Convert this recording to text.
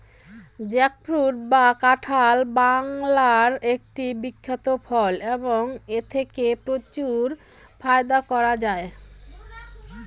jackfruit বা কাঁঠাল বাংলার একটি বিখ্যাত ফল এবং এথেকে প্রচুর ফায়দা করা য়ায়